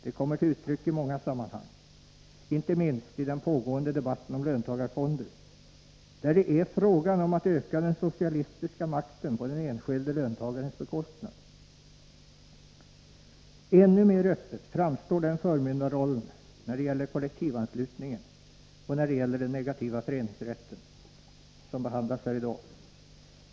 Det kommer till uttryck i många sammanhang, inte minst i den pågående debatten om löntagarfonder, där det är fråga om att öka den socialistiska makten på den enskilde löntagarens bekostnad. Ännu mer öppet framstår denna förmyndarroll när det gäller kollektivanslutningen och när det gäller den negativa föreningsrätten, som också behandlas här i dag.